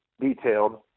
detailed